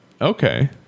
Okay